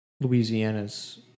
Louisiana's